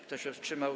Kto się wstrzymał?